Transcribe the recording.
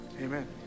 Amen